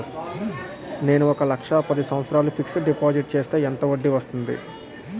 నేను ఒక లక్ష పది సంవత్సారాలు ఫిక్సడ్ డిపాజిట్ చేస్తే ఎంత వడ్డీ వస్తుంది?